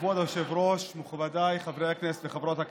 כבוד היושב-ראש, מכובדיי חברי הכנסת וחברות הכנסת,